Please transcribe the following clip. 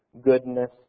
goodness